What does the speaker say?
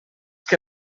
que